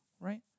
right